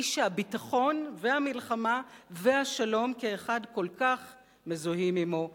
האיש שהביטחון והמלחמה והשלום כאחד כל כך מזוהים עמו,